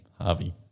Harvey